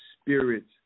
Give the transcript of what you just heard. spirits